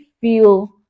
feel